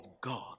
God